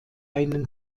einen